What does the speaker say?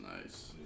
Nice